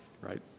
right